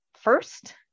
first